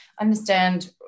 understand